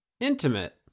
intimate